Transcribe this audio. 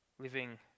Living